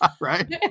Right